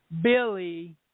Billy